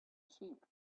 sheep